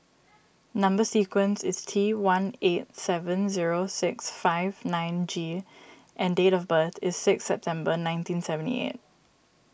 Number Sequence is T one eight seven zero six five nine G and date of birth is six September nineteen seventy eight